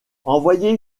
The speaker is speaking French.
envoyé